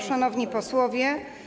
Szanowni Posłowie!